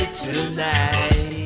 tonight